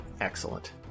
excellent